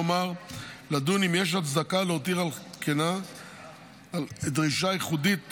כלומר לדון אם יש הצדקה להותיר על כנה דרישה ייחודית